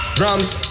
Drums